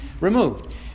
removed